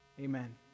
Amen